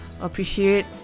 appreciate